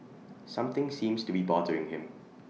something seems to be bothering him